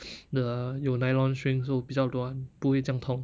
the 有 nylon string so 比较软不会这样痛